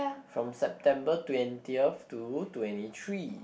from September twentieth to twenty three